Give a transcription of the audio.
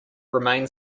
remain